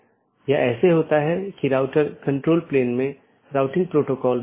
प्रत्येक EBGP router अलग autonomous system में हैं